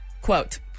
quote